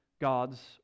God's